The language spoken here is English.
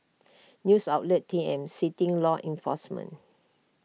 news outlet T M citing law enforcement